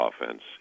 offense